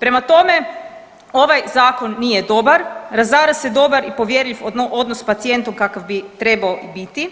Prema tome, ovaj zakon nije dobar, razara se dobar i povjerljiv odnos sa pacijentom kakav bi trebao biti,